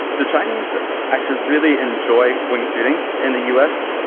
the chinese actually really enjoy wings shooting in the u s.